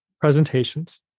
presentations